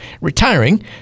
retiring